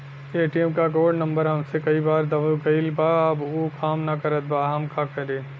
ATM क code number हमसे कई बार दब गईल बा अब उ काम ना करत बा हम का करी?